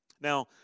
Now